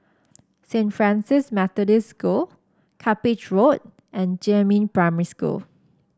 Saint Francis Methodist School Cuppage Road and Jiemin Primary School